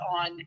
on